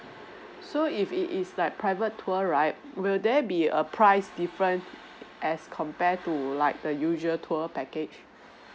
so if it is like private tour right will there be a price difference as compare to like the usual tour package